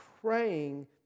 praying